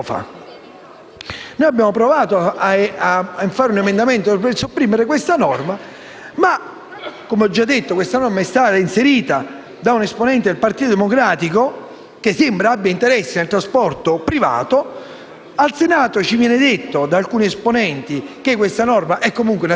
Noi abbiamo provato a presentare un emendamento per sopprimere questa norma, ma - come ho già detto - questa norma è stata inserita da un'esponente del Partito Democratico che sembra abbia interesse al trasporto privato. Al Senato ci viene detto, da alcuni esponenti, che la norma è comunque una schifezza,